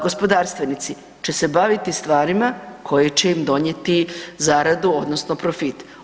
Gospodarstvenici će se baviti stvari koje će ima donijeti zaradu odnosno profit.